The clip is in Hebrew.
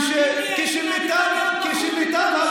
כשמיטב,